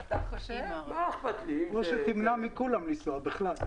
או שתמנע מכולם לנסוע בכלל.